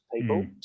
people